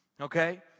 Okay